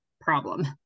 problem